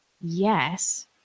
yes